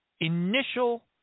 initial